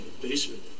basement